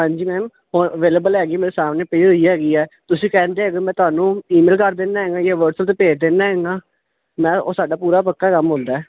ਹਾਂਜੀ ma'am available ਹੈਗੀ ਮੇਰੇ ਸਾਹਮਣੇ ਪਈ ਹੋਈ ਹੈਗੀ ਹੈ ਤੁਸੀਂ ਕਹਿੰਦੇ ਹੈਗੇ ਮੈਂ ਤੁਹਾਨੂੰ ਈਮੇਲ ਕਰ ਦਿੰਦਾ ਹੈਗਾ ਜਾਂ ਵਟਸਐਪ ਤੇ ਭੇਜ ਦਿੰਦਾ ਹਨਾ ਮੈਂ ਉਹ ਸਾਡਾ ਪੂਰਾ ਪੱਕਾ ਕੰਮ ਹੁੰਦਾ